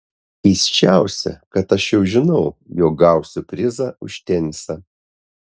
keisčiausia kad aš jau žinau jog gausiu prizą už tenisą